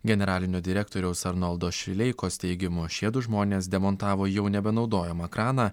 generalinio direktoriaus arnoldo šileikos teigimu šiedu žmonės demontavo jau nebenaudojamą kraną